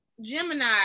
gemini